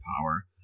power